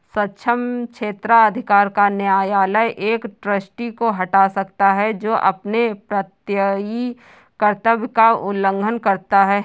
सक्षम क्षेत्राधिकार का न्यायालय एक ट्रस्टी को हटा सकता है जो अपने प्रत्ययी कर्तव्य का उल्लंघन करता है